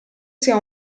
sia